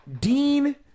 Dean